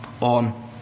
on